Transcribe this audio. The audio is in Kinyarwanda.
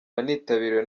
wanitabiriwe